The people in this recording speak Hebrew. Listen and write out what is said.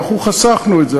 אנחנו חסכנו את זה.